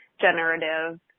generative